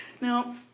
No